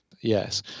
Yes